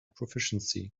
proficiency